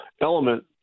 element